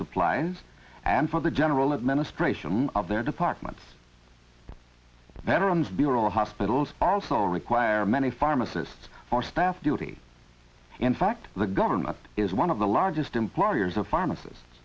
supplies and for the general administration of their department's veteran's bureau hospitals also require many pharmacists or staff duty in fact the government is one of the largest employers of pharmacist